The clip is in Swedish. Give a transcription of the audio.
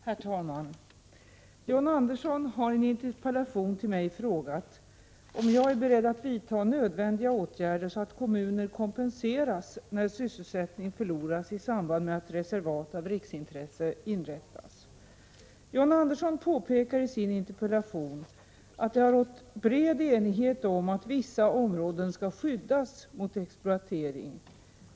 Herr talman! John Andersson har i en interpellation till mig frågat om jag är beredd att vidta nödvändiga åtgärder så att kommuner kompenseras när sysselsättning förloras i samband med att reservat av riksintresse inrättas. John Andersson påpekar i sin interpellation att det har rått en bred enighet om att vissa områden skall skyddas mot exploatering.